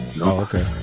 okay